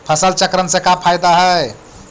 फसल चक्रण से का फ़ायदा हई?